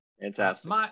Fantastic